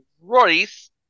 Royce